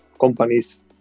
companies